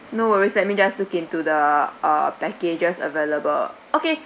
no worries let me just look into the uh packages available okay